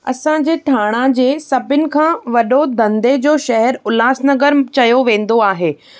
असांजे ठाणा जे सभिनि खां वॾो धंधे जो शहर उल्हास नगर चयो वेंदो आहे